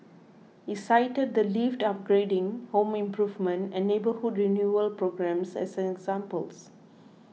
he cited the lift upgrading home improvement and neighbourhood renewal programmes as examples